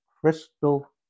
crystal